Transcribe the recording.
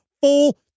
full